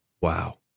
wow